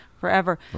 forever